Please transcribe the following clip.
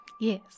Yes